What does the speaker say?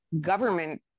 government